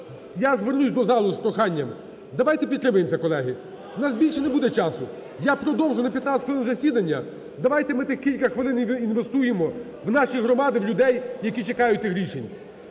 Я звернусь до залу з проханням: давайте підтримаємо це, колеги, у нас більше не буде часу, я продовжу на 15 хвилин засідання, давайте ми тих кілька хвилин інвестуємо в наші громади, в людей, які чекають тих рішень.